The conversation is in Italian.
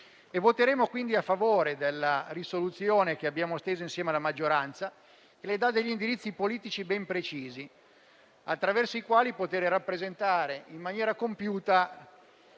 Voteremo a favore della risoluzione che abbiamo steso insieme alla maggioranza che le dà degli indirizzi politici ben precisi attraverso i quali poter rappresentare in maniera compiuta